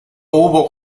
hubo